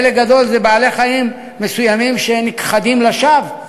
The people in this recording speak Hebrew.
חלק גדול זה בעלי-חיים מסוימים שנכחדים לשווא,